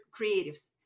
creatives